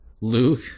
Luke